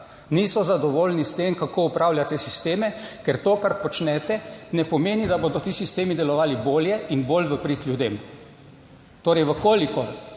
Niso zadovoljni s tem, kako upravljati te sisteme, ker to, kar počnete, ne pomeni, da bodo ti sistemi delovali bolje in bolj v prid ljudem. Torej, v kolikor